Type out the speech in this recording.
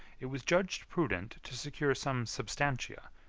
it was judged prudent to secure some substantia,